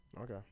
Okay